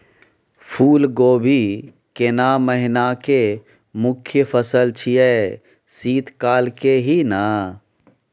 फुल कोबी केना महिना के मुखय फसल छियै शीत काल के ही न?